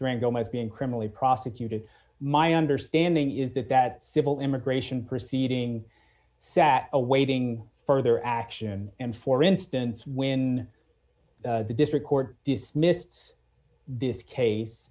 is being criminally prosecuted my understanding is that that civil immigration proceeding sat awaiting further action and for instance when the district court dismissed this case